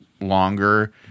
longer